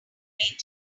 waiting